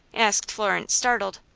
asked florence, startled.